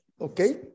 Okay